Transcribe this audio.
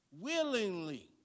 willingly